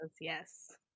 Yes